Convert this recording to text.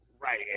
Right